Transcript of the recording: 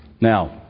Now